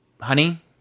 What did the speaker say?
honey